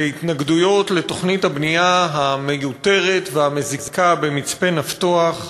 התנגדויות לתוכנית הבנייה המיותרת והמזיקה במצפה-נפתוח,